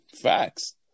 Facts